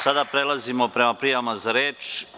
Sada prelazimo na rad po prijavama za reč.